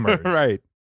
Right